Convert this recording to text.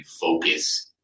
focus